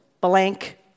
blank